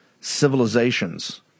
civilizations